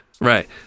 Right